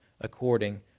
according